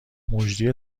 مجری